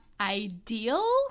ideal